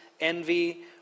envy